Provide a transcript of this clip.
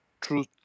truth